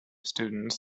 students